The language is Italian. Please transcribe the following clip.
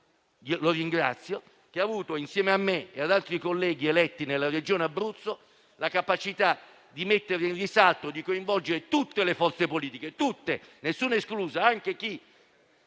ma che ringrazio - che ha avuto insieme a me e ad altri colleghi eletti nella Regione Abruzzo, la capacità di mettere in risalto e di coinvolgere tutte le forze politiche, nessuna esclusa, anche quelle